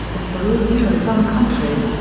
as for all eurozone countries,